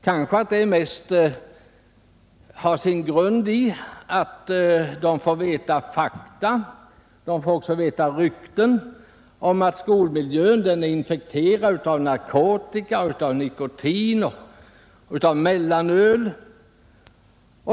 Detta har kanske mest sin grund i att de får veta fakta men också höra rykten om att skolmiljön är infekterad av narkotika, av nikotin och av mellanöl.